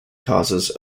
causes